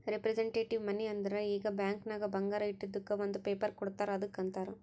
representative money ಅಂದುರ್ ಈಗ bank ನಾಗ್ ಬಂಗಾರ ಇಟ್ಟಿದುಕ್ ಒಂದ್ ಪೇಪರ್ ಕೋಡ್ತಾರ್ ಅದ್ದುಕ್ ಅಂತಾರ್